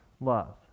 love